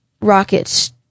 rockets